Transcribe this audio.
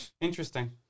Interesting